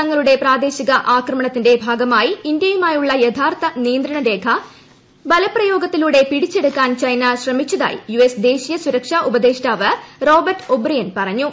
തങ്ങളുടെ പ്രാദേശിക ആക്രമണത്തിന്റെ ഭാഗമായി ഇന്ത്യയുമായുള്ള യഥാർത്ഥ നിയന്ത്രണ രേഖ ബലപ്രയോഗത്തിലൂടെ പിടിച്ചെടുക്കാൻ ചൈന ശ്രമിച്ചതായി യുഎസ് ദേശീയ സുരക്ഷാ ഉപദേഷ്ടാവ് റോബർട്ട് ഓബ്രിയൻ പറഞ്ഞു